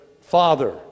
father